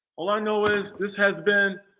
all i know is, this has been.